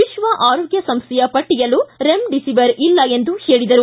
ವಿಶ್ವ ಆರೋಗ್ಯ ಸಂಸ್ಥೆಯ ಪಟ್ಟಿಯಲ್ಲೂ ರೆಮ್ಡಿಸಿವಿರ್ ಇಲ್ಲ ಎಂದು ಹೇಳಿದರು